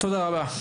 תודה רבה.